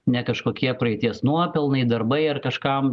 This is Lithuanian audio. ne kažkokie praeities nuopelnai darbai ar kažkam